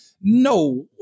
no